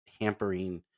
hampering